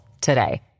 today